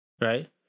Right